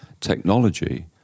technology